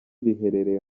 riherereye